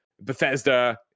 Bethesda